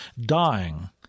dying